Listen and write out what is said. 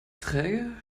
träge